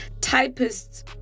Typists